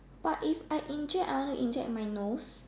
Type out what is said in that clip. but if I inject I want to inject in my nose